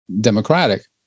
democratic